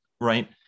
right